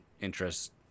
interests